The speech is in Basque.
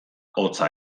hotza